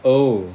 oh